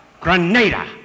Grenada